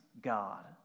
God